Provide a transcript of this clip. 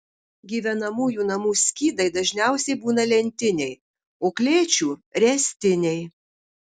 gyvenamųjų namų skydai dažniausiai būna lentiniai o klėčių ręstiniai